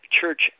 church